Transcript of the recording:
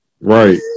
Right